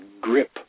grip